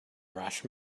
rush